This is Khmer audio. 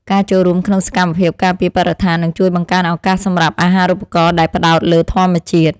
ការចូលរួមក្នុងសកម្មភាពការពារបរិស្ថាននឹងជួយបង្កើនឱកាសសម្រាប់អាហារូបករណ៍ដែលផ្តោតលើធម្មជាតិ។